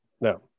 no